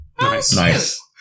Nice